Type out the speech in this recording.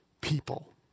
people